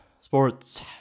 sports